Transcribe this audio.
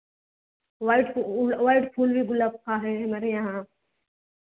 white white फूल भी गुलाब का है हमारे यहाँ